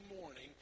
morning